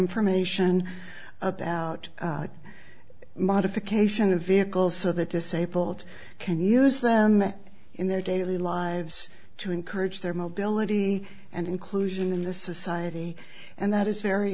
information about modification of vehicles so that disabled can use them in their daily lives to encourage their mobility and inclusion in the society and that is very